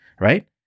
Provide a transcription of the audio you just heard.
right